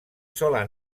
sola